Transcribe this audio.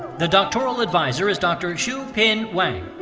the doctoral advisor is dr. zhu ben wang.